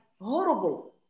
horrible